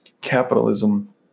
Capitalism